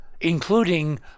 including